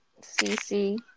CC